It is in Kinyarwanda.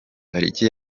tariki